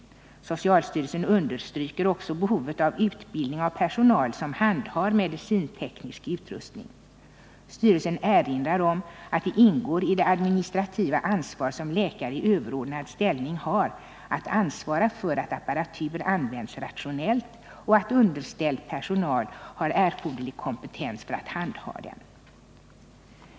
Socialstyrelsen understryker också behovet av utbildning av personal som handhar medicinteknisk utrustning. Styrelsen erinrar om att det ingår i det administrativa ansvar som läkare i överordnad ställning har att ansvara för att apparatur används rationellt och att underställd personal har erforderlig kompetens för att handha den.